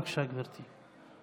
בבקשה, גברתי.